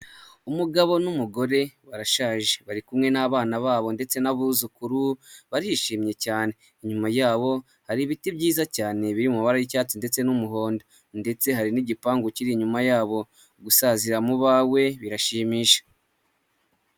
Umugabo n'umugore barashaje bari kumwe n'abana babo ndetse n'abuzukuru barishimye cyane, inyuma yabo hari ibiti byiza cyane biri mu mabara y'icyatsi ndetse n'umuhondo ndetse hari n'igipangu kiri inyuma yabo, gusazira mu bawe birashimisha.